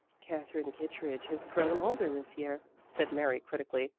katherine kittredge has grown older this year, said mary critically,